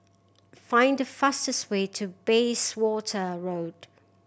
find the fastest way to Bayswater Road